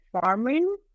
farming